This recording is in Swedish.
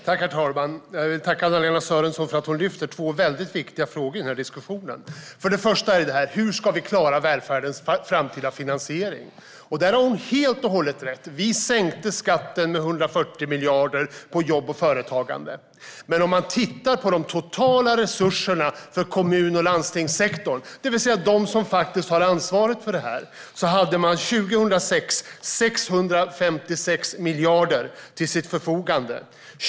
Herr talman! Jag vill tacka Anna-Lena Sörenson för att hon tar upp två viktiga frågor i den här diskussionen. Den första är hur vi ska klara välfärdens framtida finansiering. Där har hon helt och hållet rätt - vi sänkte skatterna på jobb och företagande med 140 miljarder. Men om man tittar på de totala resurserna för kommun och landstingssektorn, det vill säga de som har ansvaret för det här, ser man att de 2006 hade 656 miljarder till sitt förfogande.